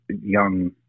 young